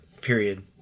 period